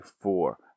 four